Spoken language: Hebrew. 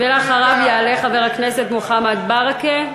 ואחריו יעלה חבר הכנסת מוחמד ברכה.